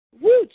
Woo